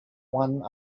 one